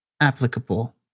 applicable